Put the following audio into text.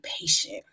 patient